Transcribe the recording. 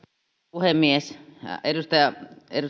puhemies edustaja